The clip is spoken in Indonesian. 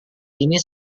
ini